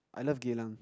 I love Geylang